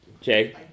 Jay